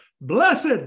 blessed